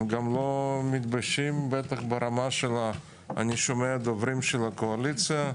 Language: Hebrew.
הם גם לא מתביישים - אני שומע דוברים של הקואליציה,